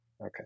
Okay